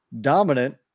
dominant